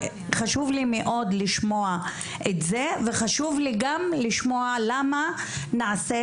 חשוב לי מאוד לשמוע את זה וחשוב לי גם לשמוע למה נעשית